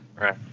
Right